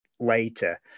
later